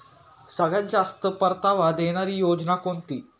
सगळ्यात जास्त परतावा देणारी योजना कोणती?